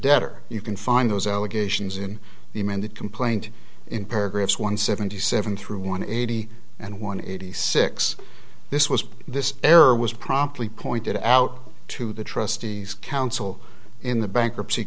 debtor you can find those allegations in the amended complaint in paragraphs one seventy seven through want eighty and one eighty six this was this error was promptly pointed out to the trustees counsel in the bankruptcy